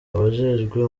abajejwe